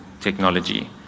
technology